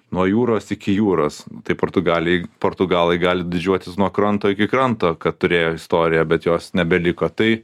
nuo jūros iki jūros tai portugalijoj portugalai gali didžiuotis nuo kranto iki kranto kad turėjo istoriją bet jos nebeliko tai